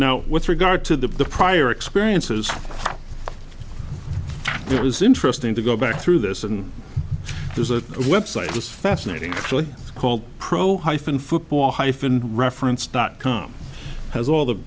now with regard to the prior experiences it was interesting to go back through this and there's a website just fascinating actually called pro hyphen football hyphen reference dot com has all the